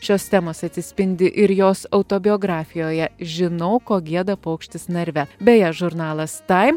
šios temos atsispindi ir jos autobiografijoje žinau ko gieda paukštis narve beje žurnalas time